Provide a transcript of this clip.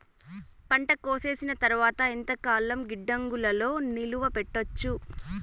పంట కోసేసిన తర్వాత ఎంతకాలం గిడ్డంగులలో నిలువ పెట్టొచ్చు?